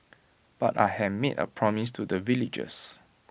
but I had made A promise to the villagers